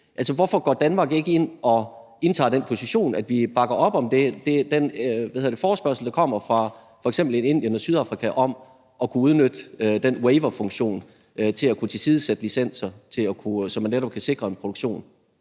hvorfor går Danmark ikke ind og indtager den position, at vi bakker op om den forespørgsel, der kommer fra f.eks. Indien og Sydafrika, om at kunne udnytte den waiverfunktion til at kunne tilsidesætte licenser, så man netop kan sikre en produktion?